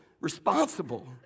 responsible